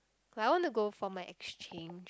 like I want to go for my exchange